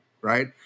right